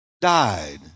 died